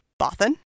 Bothan